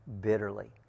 bitterly